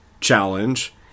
Challenge